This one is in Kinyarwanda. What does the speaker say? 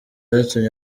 byatumye